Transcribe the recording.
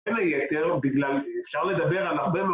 אין לי יתר, בגלל שאפשר לדבר על הרבה מאוד...